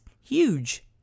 huge